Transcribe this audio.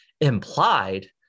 implied